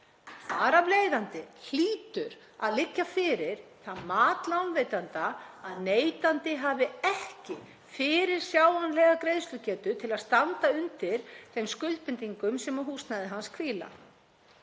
Þar af leiðandi hlýtur að liggja fyrir það mat lánveitanda að neytandi hafi ekki fyrirsjáanlega greiðslugetu til að standa undir þeim skuldbindingum sem á húsnæði hans hvíla.